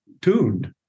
tuned